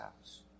house